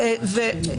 פירטנו בדוח.